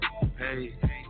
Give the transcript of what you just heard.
hey